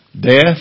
death